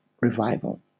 revival